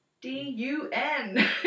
D-U-N